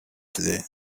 today